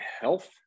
health